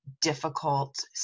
difficult